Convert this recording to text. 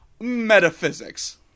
Metaphysics